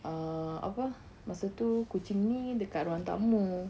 err apa masa tu kucing ni dekat ruang tamu